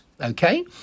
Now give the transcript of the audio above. okay